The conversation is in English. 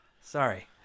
sorry